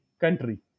country